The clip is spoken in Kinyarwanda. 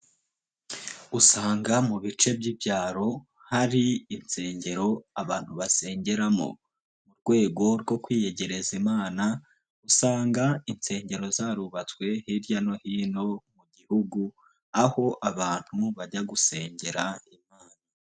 Usanga mu bice by'ibyaro, hari insengero abantu basengeramo. Mu rwego rwo kwiyegereza imana, usanga insengero zarubatswe hirya no hino mu gihugu, aho abantu bajya gusengera imana.